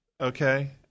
okay